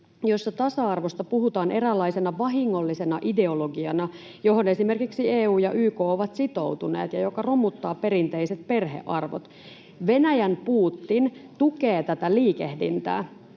jossa tasa-arvosta puhutaan eräänlaisena vahingollisena ideologiana, johon esimerkiksi EU ja YK ovat sitoutuneet ja joka romuttaa perinteiset perhearvot. Venäjän Putin tukee tätä liikehdintää,